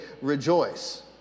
rejoice